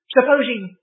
Supposing